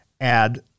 add